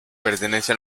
pertenece